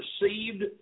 received